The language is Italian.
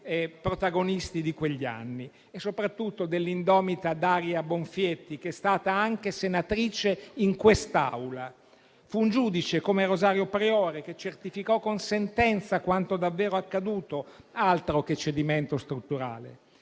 protagonisti di quegli anni e, soprattutto, dell'indomita Daria Bonfietti, che è stata anche senatrice in quest'Aula. Fu un giudice come Rosario Priore che certificò con sentenza quanto davvero accaduto: altro che cedimento strutturale!